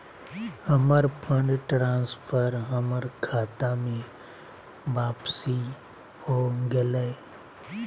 हमर fund transfer हमर खता में वापसी हो गेलय